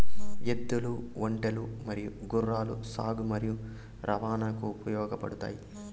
ఎద్దులు, ఒంటెలు మరియు గుర్రాలు సాగు మరియు రవాణాకు ఉపయోగపడుతాయి